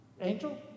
Angel